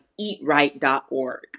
eatright.org